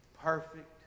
perfect